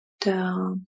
down